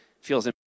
feels